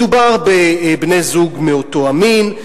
מדובר בבני-זוג מאותו מין,